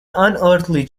unearthly